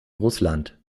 russland